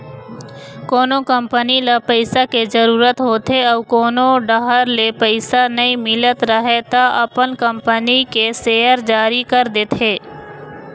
कोनो कंपनी ल पइसा के जरूरत होथे अउ कोनो डाहर ले पइसा नइ मिलत राहय त अपन कंपनी के सेयर जारी कर देथे